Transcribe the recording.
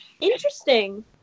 Interesting